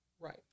Right